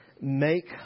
make